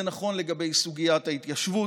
זה נכון לגבי סוגיית ההתיישבות,